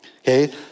Okay